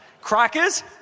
Crackers